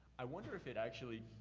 i wonder if it actually,